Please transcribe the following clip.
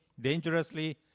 dangerously